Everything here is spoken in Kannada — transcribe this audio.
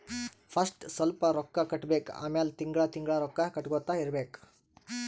ಫಸ್ಟ್ ಸ್ವಲ್ಪ್ ರೊಕ್ಕಾ ಕಟ್ಟಬೇಕ್ ಆಮ್ಯಾಲ ತಿಂಗಳಾ ತಿಂಗಳಾ ರೊಕ್ಕಾ ಕಟ್ಟಗೊತ್ತಾ ಇರ್ಬೇಕ್